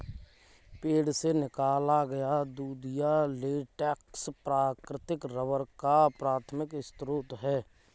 पेड़ से निकाला गया दूधिया लेटेक्स प्राकृतिक रबर का प्राथमिक स्रोत है